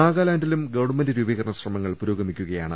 നാഗാലാന്റിലും government രൂപീകരണ ശ്രമങ്ങൾ പുരോഗ മിക്കുകയാണ്